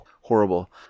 horrible